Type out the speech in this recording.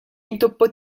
intoppo